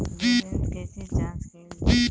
Balance कइसे जांच कइल जाइ?